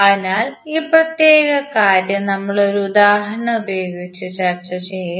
അതിനാൽ ഈ പ്രത്യേക കാര്യം നമ്മൾ ഒരു ഉദാഹരണം ഉപയോഗിച്ച് ചർച്ച ചെയ്യും